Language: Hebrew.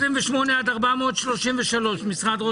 בא